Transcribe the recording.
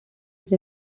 use